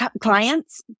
clients